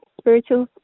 spiritual